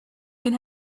can